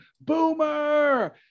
boomer